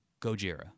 Gojira